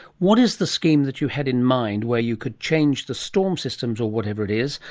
what is the scheme that you had in mind where you could change the storm systems, or whatever it is,